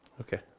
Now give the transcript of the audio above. Okay